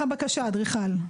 עורך הבקשה, האדריכל.